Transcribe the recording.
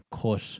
cut